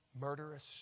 murderous